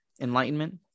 enlightenment